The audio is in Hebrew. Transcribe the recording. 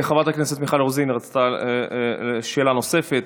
חברת הכנסת מיכל רוזין רצתה שאלה נוספת.